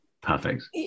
perfect